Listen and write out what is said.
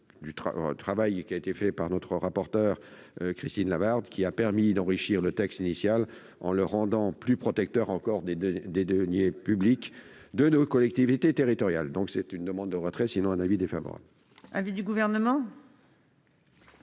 des finances du Sénat, Mme Christine Lavarde, qui a permis d'enrichir le texte initial en le rendant plus protecteur encore des deniers publics de nos collectivités territoriales. C'est une demande de retrait, sinon l'avis sera défavorable.